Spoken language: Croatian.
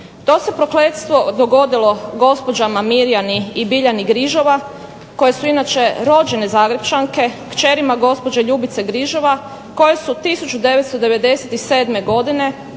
To se prokletstvo dogodilo gospođama Mirjani i Biljani Grižova koje su inače rođene zagrepčanke, kćerima gospođe Ljubice Grižova koje su 1997. godine